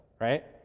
right